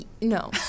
No